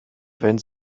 wenn